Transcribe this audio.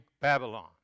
Babylon